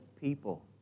people